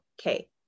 okay